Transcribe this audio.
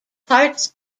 parts